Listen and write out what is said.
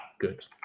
good